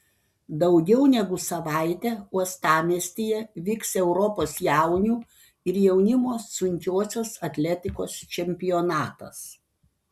daugiau negu savaitę uostamiestyje vyks europos jaunių ir jaunimo sunkiosios atletikos čempionatas